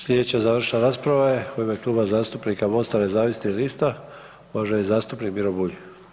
Slijedeća završna rasprava je u ime Kluba zastupnika Mosta nezavisnih lista, uvaženi zastupnik Miro Bulj.